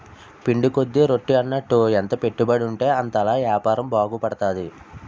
పిండి కొద్ది రొట్టి అన్నట్టు ఎంత పెట్టుబడుంటే అంతలా యాపారం బాగుపడతది